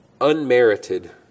unmerited